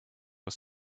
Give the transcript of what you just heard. was